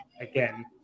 again